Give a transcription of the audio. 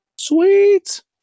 Sweet